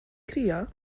crio